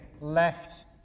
left